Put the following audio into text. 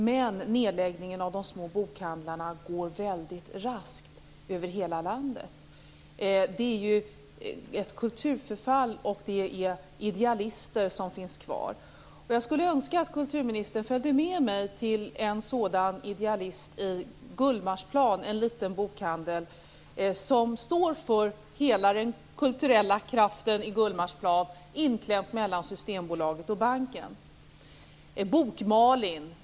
Men nedläggningen av de små bokhandlarna går mycket raskt över hela landet. Det är ju ett kulturförfall. De som finns kvar är idealisterna. Jag skulle önska att kulturministern följde med mig till en sådan idealist på Gullmarsplan som har en liten bokhandel som står för hela den kulturella kraften på Gullmarsplan, inklämd mellan Systembolaget och banken.